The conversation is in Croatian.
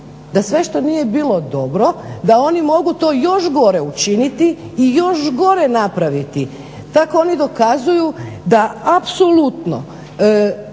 da sve što nije bilo dobro da oni mogu to još gore učiniti i još gore napraviti. Tako oni dokazuju da apsolutno